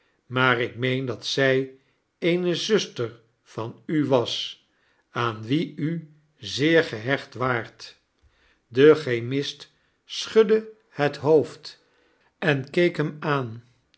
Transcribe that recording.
maar ik meen dat zij eene zuster van i was aan wie u zeer gehecht waart de chemist sclmdde het hoofd en kbestvertellingen keek hem aan